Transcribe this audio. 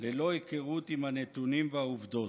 ללא היכרות עם הנתונים והעובדות.